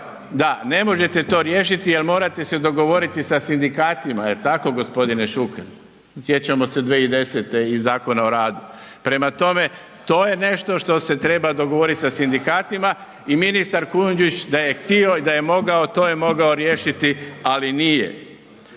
Da, ne možete to riješiti jer se morate dogovoriti sa sindikatima, jel tako gospodine Šuker? Sjećamo se 2010. i Zakona o radu. Prema tome, to je nešto što se treba dogovoriti sa sindikatima i ministar Kujundžić da je htio i mogao to je mogao riješiti, ali nije